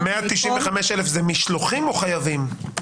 195,000 זה משלוחים או חייבים?